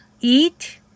Eat